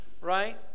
Right